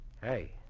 Hey